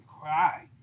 cry